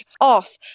off